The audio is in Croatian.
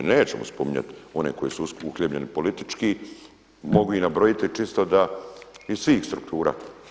Nećemo spominjati one koji su uhljebljeni politički, mogu ih nabrojiti čisto da iz svih struktura.